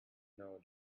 know